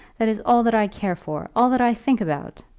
that is all that i care for, all that i think about!